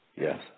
Yes